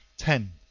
ten.